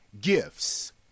gifts